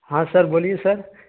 ہاں سر بولیے سر